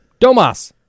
Domas